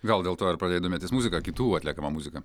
gal dėl to ir pradėjai domėtis muzika kitų atliekama muzika